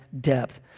depth